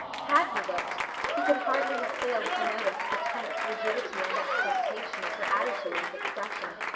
had he looked he could hardly have failed to notice the tense rigidity and expectation of her attitude and expression.